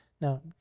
Now